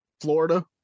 Florida